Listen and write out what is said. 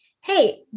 Hey